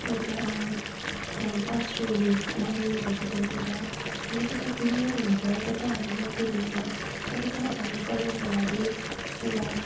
एउटा पास्टरले भनिने गर्छ त्यहाँनिर अनि जब फ्युनेरल हुन्छ जब हामी मट्टी दिन्छौँ तब त्यहाँ पनि परिवारको लागि एउटा